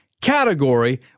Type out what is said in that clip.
category